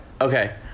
Okay